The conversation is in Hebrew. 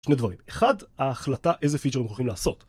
שני דברים, אחד ההחלטה איזה פיצ'ר הולכים לעשות